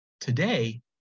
Today